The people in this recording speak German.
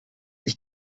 ich